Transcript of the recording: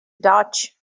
dutch